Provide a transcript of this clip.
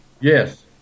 Yes